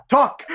Talk